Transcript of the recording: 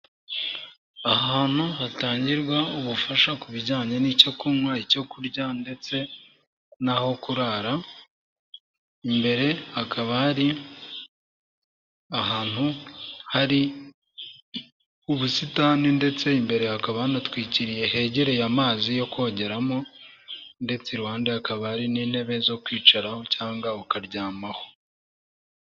Ahantu hatangirwa ubufasha ku bijyanye n'icyo kunywa, icyo kurya ndetse naho kurara, imbere hakaba hari ahantu hari ubusitani, ndetse imbere hakaba hanatwikiriye, hegereye amazi yo kongeramo, ndetse Rwanda hakaba hari n'intebe zo kwicaraho cyangwa ukaryamaho.